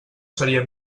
seria